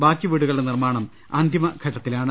ബാക്കി വീടുകളുടെ നിർമാണം അന്തിമ ഘട്ടത്തിലാണ്